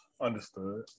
understood